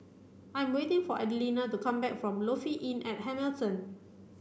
I am waiting for Adelina to come back from Lofi Inn at Hamilton